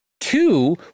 Two